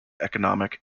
economic